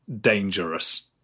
dangerous